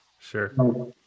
Sure